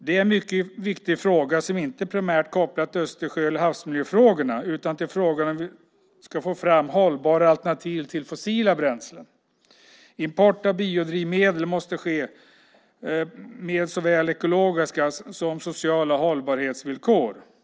Det är en mycket viktig fråga som inte primärt är kopplad till Östersjö eller havsmiljöfrågorna utan till frågan hur vi ska få fram hållbara alternativ till fossila bränslen. Import av biodrivmedel måste ske på såväl ekologiska som sociala hållbarhetsvillkor.